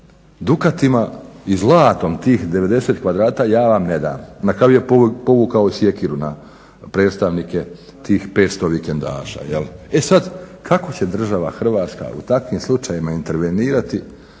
dukatima i zlatom tih 90 kvadrata ja vam ne dam, na kraju je povukao sjekiru na predstavnike tih 500 vikendaša. E sada, kako će država Hrvatska u takvim slučajevima intervenirati,